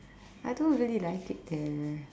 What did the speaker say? I don't really like it there